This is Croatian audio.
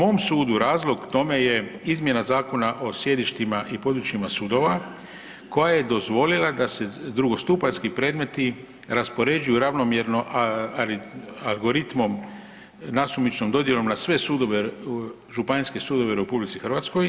Po mom sudu razlog tome je izmjena Zakona o sjedištima i područjima sudova, koja je dozvolila da se drugostupanjski predmeti raspoređuju ravnomjerno algoritmom nasumičnom dodjelom na sve sudove županijske sudove u Republici Hrvatskoj.